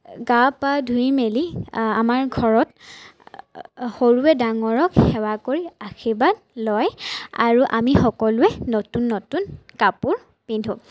গা পা ধুই মেলি আমাৰ ঘৰত সৰুৱে ডাঙৰক সেৱা কৰি আশীৰ্বাদ লয় আৰু আমি সকলোৱে নতুন নতুন কাপোৰ পিন্ধো